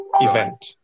event